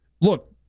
look